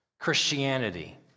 Christianity